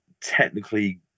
technically